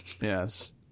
Yes